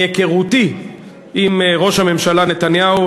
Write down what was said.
מהיכרותי עם ראש הממשלה נתניהו,